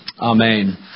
Amen